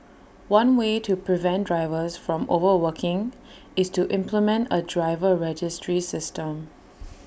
one way to prevent drivers from overworking is to implement A driver registry system